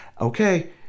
Okay